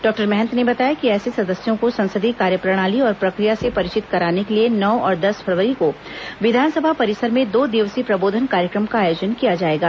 doctor Mahant ने बताया कि ऐसे सदस्यों को संसदीय कार्यप्रणाली और प्रक्रिया से परिचित कराने के लिए नौ और दस फरवरी को विधानसभा परिसर में दो दिवसीय प्रबोधन कार्यक्रम का आयोजन किया जाएगा